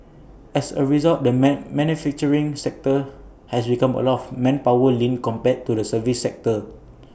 as A result the manufacturing sector has become A lot more manpower lean compared to the services sector